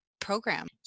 program